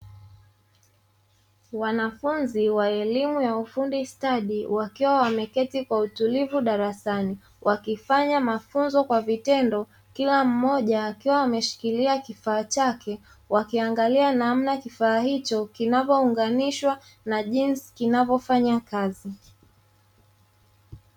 Wanafunzi wa elimu ya ufundi stadi wakiwa wameketi kwa utulivu darasani wakifanya mafunzo kwa vitendo kila mmoja akiwa ameshikilia kifaa chake, wakiangalia namna kifaa hicho kinavyounganishwa na jinsi kinavyofanya kazi.